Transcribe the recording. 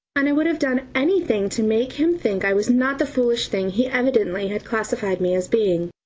and i would have done anything to make him think i was not the foolish thing he evidently had classified me as being.